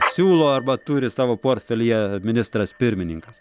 siūlo arba turi savo portfelyje ministras pirmininkas